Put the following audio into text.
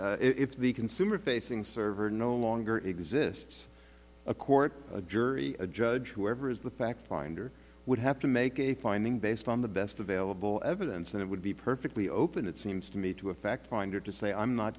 that if the consumer facing server no longer exists a court a jury a judge whoever is the fact finder would have to make a finding based on the best available evidence and it would be perfectly open it seems to me to a fact finder to say i'm not